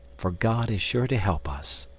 for god is sure to help us.